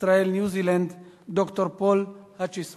ישראל ניו-זילנד, ד"ר פול האצ'יסון.